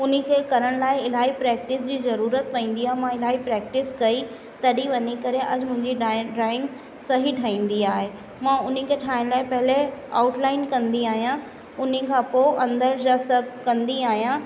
हुनखे करण लाइ इलाही प्रैक्टिस जी ज़रूरत पवंदी आहे मां इलाही प्रोक्टिस कई तॾहिं वञी करे अॼु मुंहिंजी ड्राइं ड्राइंग सही ठही वेंदी आहे ऐं हुनखे ठाहे पहेले आउटलाइन कंदी आहियां हुन खां पोइ अंदर जा सभु कंदी आहियां